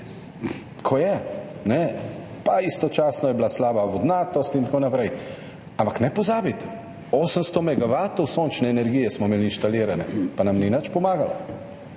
Tako je. Istočasno je bila tudi slaba vodnatost in tako naprej, ampak ne pozabiti, 800 megavatov sončne energije smo imeli inštalirane, pa nam ni nič pomagalo.